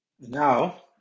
Now